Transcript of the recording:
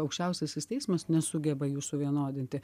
aukščiausiasis teismas nesugeba jų suvienodinti